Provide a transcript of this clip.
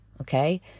Okay